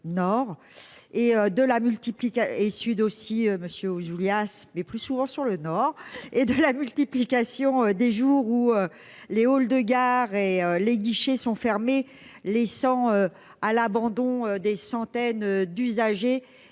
et Sud aussi monsieur Giulia mais plus souvent sur le nord-est de la multiplication des jours où Les Hall de gare et les guichets sont fermés, laissant à l'abandon des centaines d'usagers